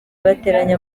bateranye